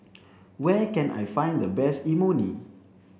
where can I find the best Imoni